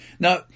Now